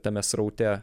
tame sraute